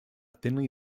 thinly